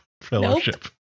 Fellowship